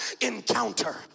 encounter